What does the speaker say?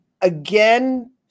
again